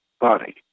body